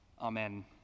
Amen